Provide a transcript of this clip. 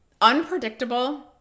unpredictable